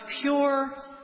pure